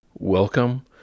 Welcome